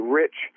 rich